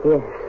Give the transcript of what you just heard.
Yes